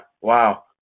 wow